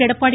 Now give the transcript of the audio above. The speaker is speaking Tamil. எடப்பாடி